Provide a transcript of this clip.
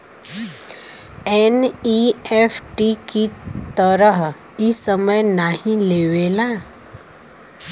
NEFT की तरह इ समय नाहीं लेवला